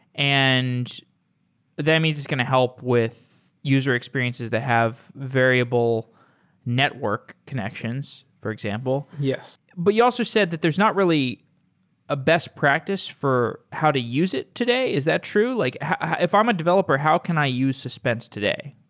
and that means it's going to help with user experiences that have variable network connections, for example yes but he also said that there's not really a best practice for how to use it today. is that true? like if i'm a developer, how can i use suspense today?